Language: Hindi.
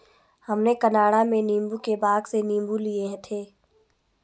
हमने कनाडा में नींबू के बाग से नींबू लिए थे